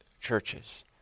churches